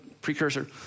precursor